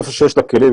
היכן שיש לה כלים,